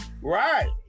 Right